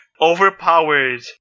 overpowered